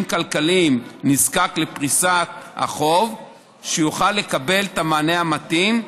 כלכליים נזקק לפריסת החוב יוכל לקבל את המענה המתאים.